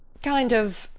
kind of.